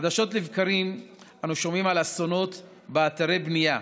חדשות לבקרים אנו שומעים על אסונות באתרי בנייה,